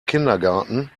kindergarten